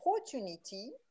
opportunity